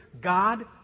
God